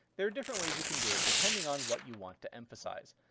there are different ways you can do it, depending on what you want to emphasize.